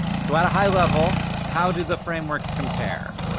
so at a high level, how do the frameworks compare?